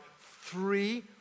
three